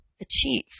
Achieve